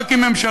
רק עם ממשלות.